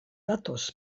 datoz